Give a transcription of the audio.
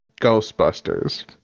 Ghostbusters